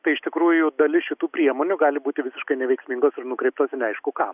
tai iš tikrųjų dalis šitų priemonių gali būti visiškai neveiksmingos ir nukreiptos į neaišku ką